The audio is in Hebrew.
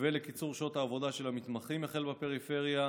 מתווה לקיצור שעות העבודה של המתמחים החל בפריפריה,